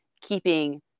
keeping